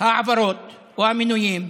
ההעברות או המינויים,